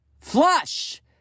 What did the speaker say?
flush